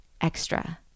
extra